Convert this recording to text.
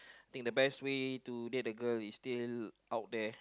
think the best way to date a girl is still out there